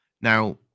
Now